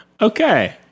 Okay